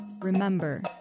Remember